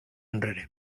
enrere